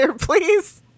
please